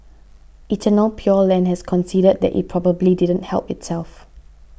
Eternal Pure Land has conceded that it probably didn't help itself